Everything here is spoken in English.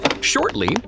Shortly